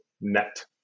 net